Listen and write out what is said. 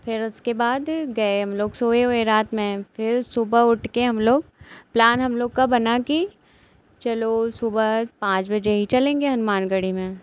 फिर उसके बाद गए हम लोग सोए ओए रात में फिर उसके बाद सुबह उठकर हम लोग प्लान हम लोग का बना कि चलो सुबह पाँच बजे ही चलेंगे हनुमानगढ़ी में